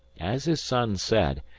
as his son said,